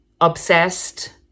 obsessed